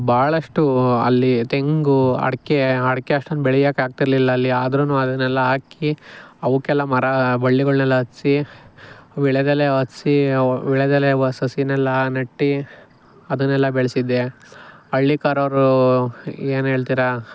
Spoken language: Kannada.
ಭಾಳಷ್ಟು ಅಲ್ಲಿ ತೆಂಗು ಅಡಿಕೆ ಅಡಿಕೆ ಅಷ್ಟೊಂದು ಬೆಳಿಯಕ್ಕಾಗ್ತಿರಲಿಲ್ಲ ಅಲ್ಲಿ ಆದ್ರು ಅದನ್ನೆಲ್ಲ ಹಾಕಿ ಅವುಕ್ಕೆಲ್ಲ ಮರ ಬಳ್ಳಿಗಳ್ನೆಲ್ಲ ಹತ್ಸಿ ವೀಳ್ಯದೆಲೆ ಹತ್ಸಿ ವೀಳ್ಯದೆಲೆ ವ ಸಸಿನೆಲ್ಲ ನೆಟ್ಟು ಅದನ್ನೆಲ್ಲ ಬೆಳೆಸಿದ್ದೆ ಹಳ್ಳಿಕಾರೋರು ಏನು ಹೇಳ್ತಿರ